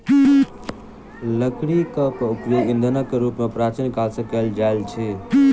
लकड़ीक उपयोग ईंधनक रूप मे प्राचीन काल सॅ कएल जाइत अछि